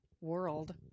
world